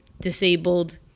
disabled